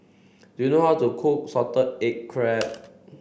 do you know how to cook salted egg crab